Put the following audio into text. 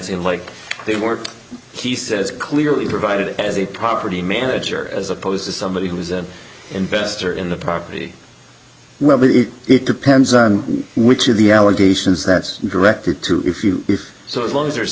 in like they work he says clearly provided as a property manager as opposed to somebody who was an investor in the property well it depends on which of the allegations that's directed to if you if so as long as there's